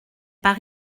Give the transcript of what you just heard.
par